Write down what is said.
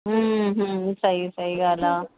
सही सही ॻाल्हि आहे